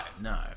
no